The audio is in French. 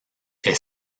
est